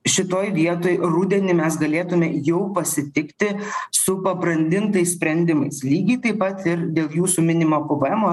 šitoj vietoj rudenį mes galėtume jau pasitikti su pabrandintais sprendimai lygiai taip pat ir dėl jūsų minimo pvemo